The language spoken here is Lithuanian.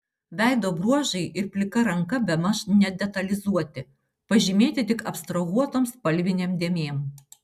veido bruožai ir plika ranka bemaž nedetalizuoti pažymėti tik abstrahuotom spalvinėm dėmėm